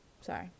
sorry